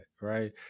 right